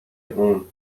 اون